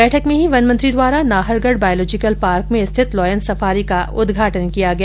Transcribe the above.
बैठक में ही वन मंत्री द्वारा नाहरगढ़ बायोलोजिकल पार्क मे स्थित लायन सफारी का उदघाटन किया गया